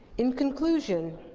in conclusion,